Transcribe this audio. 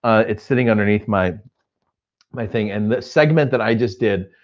it's sitting underneath my my thing and the segment that i just did,